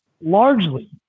largely